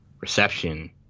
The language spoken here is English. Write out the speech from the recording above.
reception